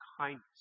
kindness